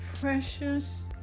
precious